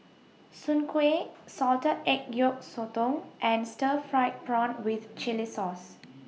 Soon Kway Salted Egg Yolk Sotong and Stir Fried Prawn with Chili Sauce